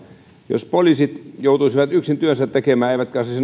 jos poliisit joutuisivat yksin työnsä tekemään eivätkä